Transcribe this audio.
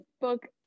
book